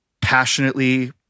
passionately